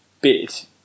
bit